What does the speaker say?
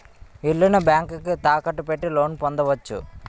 ఇల్లుని బ్యాంకుకు తాకట్టు పెట్టి లోన్ పొందవచ్చు